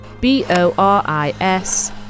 B-O-R-I-S